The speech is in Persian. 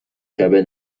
شبه